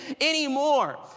anymore